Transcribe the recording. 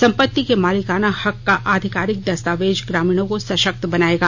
संपत्ति के मालिकाना हक का आधिकारिक दस्तावेज ग्रामीणों को सशक्त बनाएगा